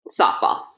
Softball